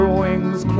wings